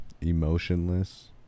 Emotionless